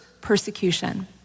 persecution